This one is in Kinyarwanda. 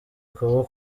kuba